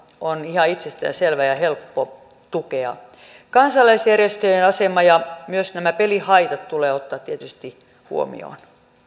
on ihan itsestäänselvä ja helppo tukea kansalaisjärjestöjen asema ja myös nämä pelihaitat tulee ottaa tietysti huomioon